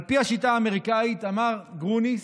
על פי השיטה האמריקאית, אמר גרוניס,